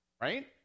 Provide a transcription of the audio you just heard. Right